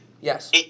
yes